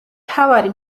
მთავარი